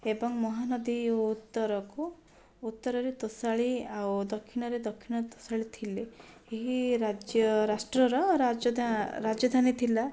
ଏବଂ ମହାନଦୀ ଉତ୍ତରକୁ ଉତ୍ତରରେ ତୋଷାଳୀ ଆଉ ଦକ୍ଷିଣରେ ଦକ୍ଷିଣ ତୋଷାଳୀ ଥିଲେ ଏହି ରାଜ୍ୟ ରାଷ୍ଟ୍ରର ରାଜଧାନୀ ଥିଲା